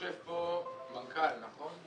יושב פה מנכ"ל, נכון?